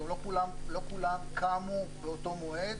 לא כולן קמו באותו מועד.